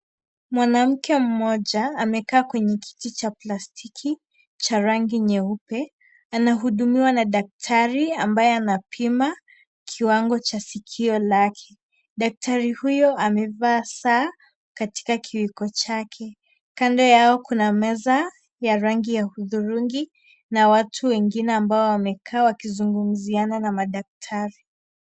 Mwanamke mmoja, amekaa kwenye kiti cha plastiki, cha rangi nyeupe. Anahudumiwa na daktari, ambaye anapima kiwango cha sikio lake. Daktari huyo amevaa saa, katika kiwiko chake. Kando yao kuna meza ya rangi ya hudhurungi na watu wengine ambao wamekaa wakizungumziana na madaktari.